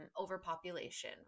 overpopulation